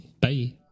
Bye